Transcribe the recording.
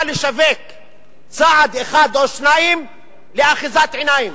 לשווק צעד אחד או שניים לאחיזת עיניים.